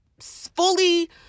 fully